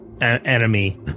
enemy